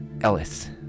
Ellis